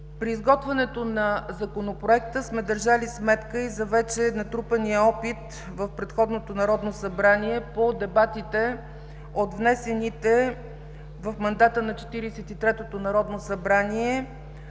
При изготвянето на Законопроекта сме държали сметка и за вече натрупания опит в предходното Народно събрание по дебатите от внесените в мандата на Четиридесет и третото народно събрание